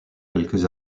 quelques